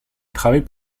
travaille